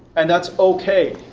and that's ok.